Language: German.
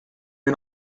wir